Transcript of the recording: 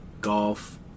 golf